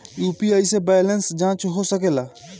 UPI से balance जाँच हो सके ला?